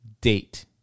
date